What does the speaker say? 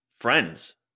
friends